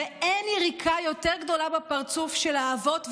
אין יריקה יותר גדולה בפרצוף של האבות,